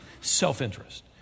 self-interest